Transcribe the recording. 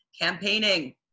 campaigning